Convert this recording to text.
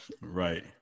Right